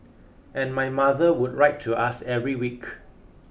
and my mother would write to us every week